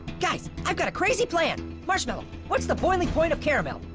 guys, i've got a crazy plan. marshmallow, what's the boiling point of caramel?